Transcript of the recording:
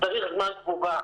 שצריך זמן תגובה,